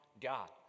God